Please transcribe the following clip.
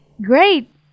Great